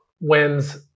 wins